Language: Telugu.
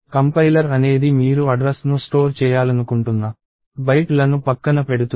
కంపైలర్ అనేది మీరు అడ్రస్ ను స్టోర్ చేయాలనుకుంటున్న బైట్లను పక్కన పెడుతుంది